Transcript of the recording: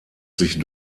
sich